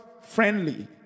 friendly